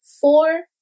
four